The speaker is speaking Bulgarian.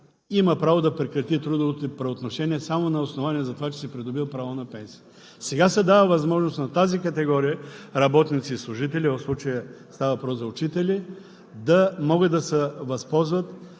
има право да прекрати трудовото ти правоотношение само на основание на това, че си придобил право на пенсия. Сега се дава възможност на тази категория работници и служители – в случая става въпрос за учители, да могат да се възползват